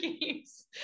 games